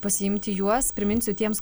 pasiimti juos priminsiu tiems